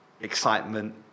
excitement